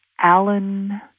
Alan